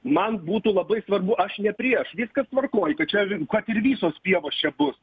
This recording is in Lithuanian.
man būtų labai svarbu aš ne prieš viskas tvarkoj bet čia vin kad ir visos pievos čia bus